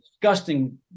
disgusting